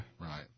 Right